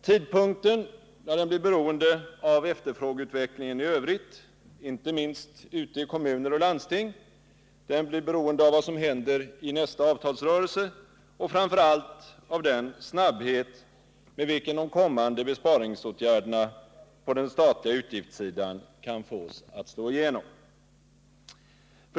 Tidpunkten blir beroende av efterfrågeutvecklingen i övrigt — inte minst ute i kommuner och landsting, den blir beroende av vad som händer i nästa avtalsrörelse och, framför allt, av den snabbhet med vilken de kommande besparingsåtgärderna på den statliga utgiftssidan kan fås att slå igenom.